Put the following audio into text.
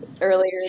earlier